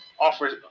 offers